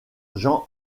jean